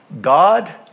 God